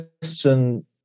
question